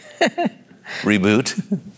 reboot